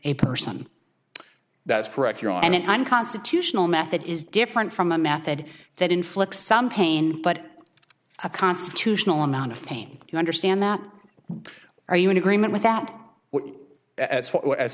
a person that's correct you're on an unconstitutional method is different from a method that inflicts some pain but a constitutional amount of pain you understand that are you in agreement with that or as far as